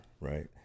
Right